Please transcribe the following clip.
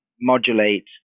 modulate